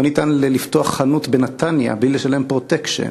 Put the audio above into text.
לא ניתן לפתוח חנות בנתניה בלי לשלם "פרוטקשן",